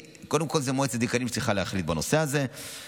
זו מועצת הדיקנים שצריכה להחליט בנושא הזה,